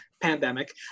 pandemic